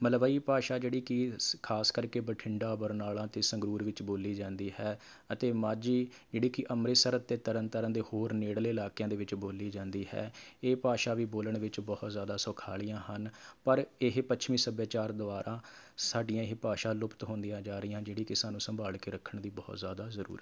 ਮਲਵਈ ਭਾਸ਼ਾ ਜਿਹੜੀ ਕਿ ਸ ਖਾਸ ਕਰਕੇ ਬਠਿੰਡਾ ਬਰਨਾਲਾ ਅਤੇ ਸੰਗਰੂਰ ਵਿੱਚ ਬੋਲੀ ਜਾਂਦੀ ਹੈ ਅਤੇ ਮਾਝੀ ਜਿਹੜੀ ਕਿ ਅੰਮ੍ਰਿਤਸਰ ਅਤੇ ਤਰਨਤਾਰਨ ਦੇ ਹੋਰ ਨੇੜਲੇ ਇਲਾਕਿਆਂ ਦੇ ਵਿੱਚ ਬੋਲੀ ਜਾਂਦੀ ਹੈ ਇਹ ਭਾਸ਼ਾ ਵੀ ਬੋਲਣ ਵਿੱਚ ਬਹੁਤ ਜ਼ਿਆਦਾ ਸੁਖਾਲੀਆਂ ਹਨ ਪਰ ਇਹ ਪੱਛਮੀ ਸੱਭਿਆਚਾਰ ਦੁਆਰਾ ਸਾਡੀਆਂ ਇਹ ਭਾਸ਼ਾ ਲੁਪਤ ਹੁੰਦੀਆਂ ਜਾ ਰਹੀਆਂ ਜਿਹੜੀ ਕਿ ਸਾਨੂੰ ਸੰਭਾਲ ਕੇ ਰੱਖਣ ਦੀ ਬਹੁਤ ਜ਼ਿਆਦਾ ਜ਼ਰੂਰਤ ਹੈ